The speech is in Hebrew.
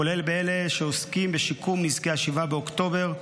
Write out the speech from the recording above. כולל באלה שעוסקים בשיקום נזקי 7 באוקטובר,